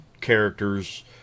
characters